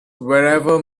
wherever